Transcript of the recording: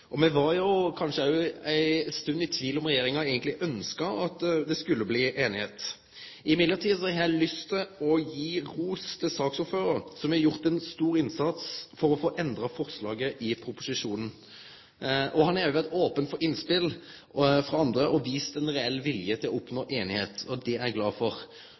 og me var jo kanskje òg ei stund i tvil om regjeringa eigenleg ønskte at det skulle bli einigheit. Likevel har eg lyst til å gi ros til saksordføraren, som har gjort ein stor innsats for å få endra forslaget i proposisjonen. Han har òg vore open for innspel frå andre og vist ein reell vilje til å oppnå einigheit, og det er eg glad for.